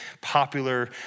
popular